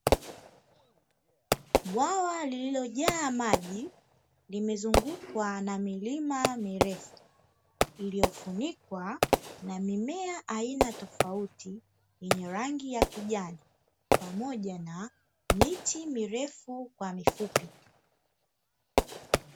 Bwawa lililojaa maji limezungukwa na milima mirefu iliyofunikwa na mimea ya aina tofauti yenye rangi ya kijani pamoja na miti mirefu kwa mifupi.